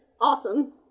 awesome